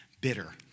bitter